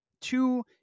Two